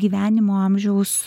gyvenimo amžiaus